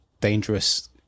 dangerous